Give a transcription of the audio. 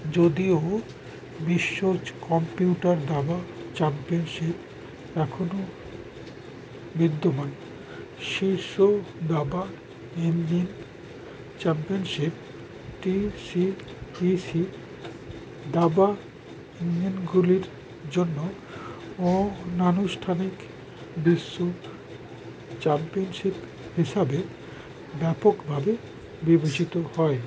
যদিও বিশ্ব কম্পিউটার দাবা চ্যাম্পিয়নশিপ এখনও বিদ্যমান শীর্ষ দাবা engine championship T C E C দাবা ইঞ্জিনগুলির জন্য অনানুষ্ঠানিক বিশ্ব চাম্পিয়নশিপ হিসাবে ব্যাপকভাবে বিবেচিত হয়